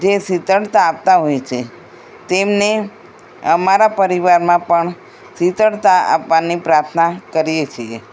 જે શીતળતા આપતા હોય છે તેમને અમારા પરિવારમાં પણ શીતળતા આપવાની પ્રાર્થના કરીએ છીએ